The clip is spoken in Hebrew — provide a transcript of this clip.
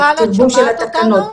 תרגום של התקנות,